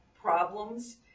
problems